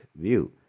view